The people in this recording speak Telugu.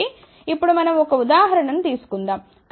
కాబట్టి ఇప్పుడు మనం ఒక ఉదాహరణ తీసుకుందాం